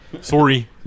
Sorry